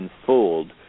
unfold